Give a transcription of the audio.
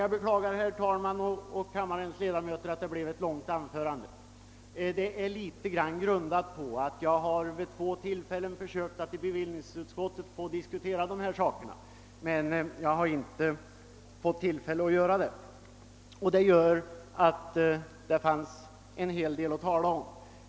Jag beklagar, herr talman, att det blev ett långt anförande men detta beror i någon mån på att jag vid två tillfällen förgäves fösökt att få diskutera de här frågorna i bevillningsutskottet. Därför fanns det en hel del att tala om.